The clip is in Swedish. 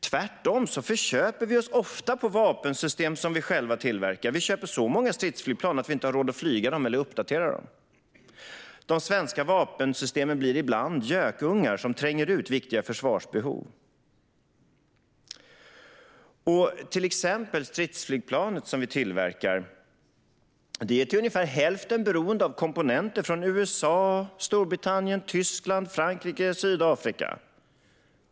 Tvärtom förköper vi oss ofta på vapensystem som vi själva tillverkar; vi köper så många stridsflygplan att vi inte har råd att flyga eller uppdatera dem. De svenska vapensystemen blir ibland gökungar som tränger ut viktiga försvarsbehov. Det stridsflygplan som vi tillverkar är till exempel till ungefär hälften beroende av komponenter från USA, Storbritannien, Tyskland, Frankrike och Sydafrika.